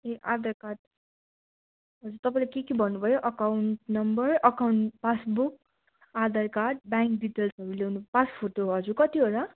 ए Aadhaar card तपाईँले के के भन्नुभयो account number account passbook Aadhaar card bank डिटेल्सहरू ल्याउनु पासफोटो हजुर कतिवटा